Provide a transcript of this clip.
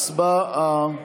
הצבעה.